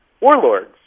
warlords